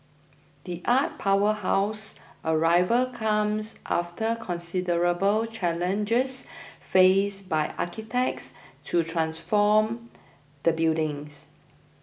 the art powerhouse's arrival comes after considerable challenges faced by architects to transform the buildings